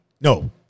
No